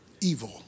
evil